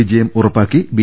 വിജയം ഉറപ്പാക്കി ബി